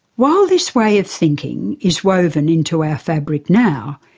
while this way of thinking is woven into our fabric now,